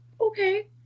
okay